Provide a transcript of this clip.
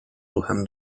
ruchem